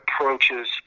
Approaches